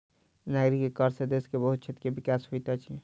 नागरिक के कर सॅ देश के बहुत क्षेत्र के विकास होइत अछि